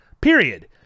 Period